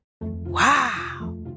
Wow